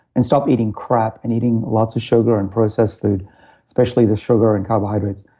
and stop eating crap and eating lots of sugar and processed food especially the sugar and carbohydrates,